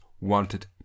wanted